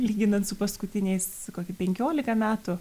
lyginant su paskutiniais kokį penkiolika metų